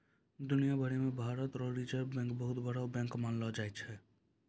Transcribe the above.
दुनिया भरी मे भारत रो रिजर्ब बैंक के बहुते बड़ो बैंक मानलो जाय छै